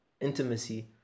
intimacy